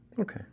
Okay